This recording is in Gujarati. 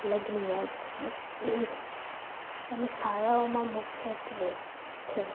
લગની વાત છે પણ શાળાઓમાં મુખ્યત્ત્વે છે